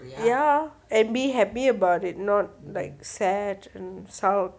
ya and be happy about it not like sad and sulk